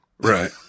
Right